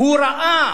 הוא ראה